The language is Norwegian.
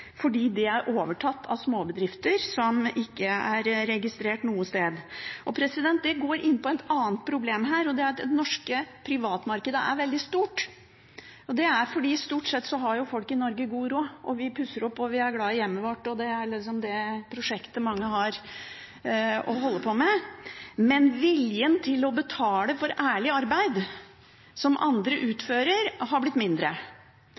fordi det er overtatt av småbedrifter som ikke er registrert noe sted. Det går inn på et annet problem her, og det er at det norske privatmarkedet er veldig stort. Det er fordi folk i Norge stort sett har god råd, og vi pusser opp og er glad i hjemmet vårt, det er liksom det prosjektet mange har å holde på med. Men viljen til å betale for ærlig arbeid som andre utfører, har blitt mindre,